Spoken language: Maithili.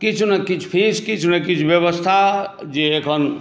किछु ने किछु फीस किछु ने किछु व्यवस्था जे एखन